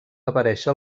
aparèixer